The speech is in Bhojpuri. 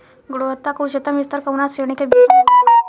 गुणवत्ता क उच्चतम स्तर कउना श्रेणी क बीज मे होला?